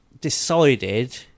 decided